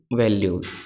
values